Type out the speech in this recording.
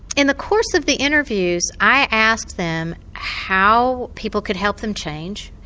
in the course of the interviews i asked them how people could help them change,